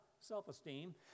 self-esteem